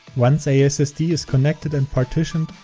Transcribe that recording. once a ssd is connected and partitioned,